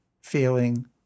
feeling